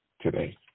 today